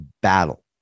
battle